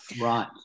Right